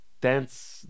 Dance